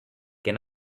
can